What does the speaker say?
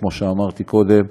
כמו שאמרתי קודם,